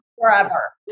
forever